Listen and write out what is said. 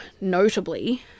notably